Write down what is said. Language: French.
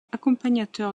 accompagnateur